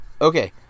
Okay